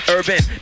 Urban